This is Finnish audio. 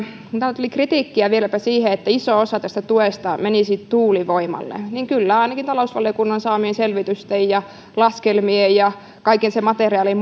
täällä tuli kritiikkiä vieläpä siitä että iso osa tästä tuesta menisi tuulivoimalle mutta kyllä ainakin talousvaliokunnan saamien selvitysten ja laskelmien ja kaiken sen materiaalin